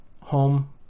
home